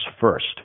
first